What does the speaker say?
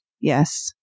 Yes